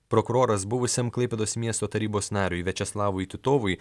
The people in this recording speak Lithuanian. prokuroras buvusiam klaipėdos miesto tarybos nariui viačeslavui titovui